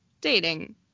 dating